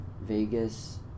Vegas